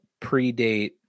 predate